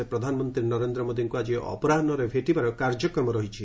ସେ ପ୍ରଧାନମନ୍ତ୍ରୀ ନରେନ୍ଦ୍ର ମୋଦିଙ୍କୁ ଆକି ଅପରାହୁରେ ଭେଟିବାର କାର୍ଯ୍ୟକ୍ରମ ରହିଛି